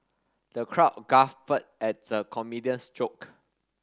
the crowd guffawed at the comedian's joke